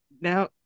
now